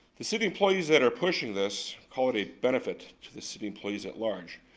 the city employees that are pushing this call it a benefit to the city employees at large.